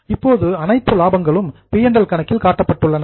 இப்போது அனைத்து லாபங்களும் பி மற்றும் எல் கணக்கில் காட்டப்பட்டுள்ளன